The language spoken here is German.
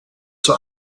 zur